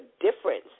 difference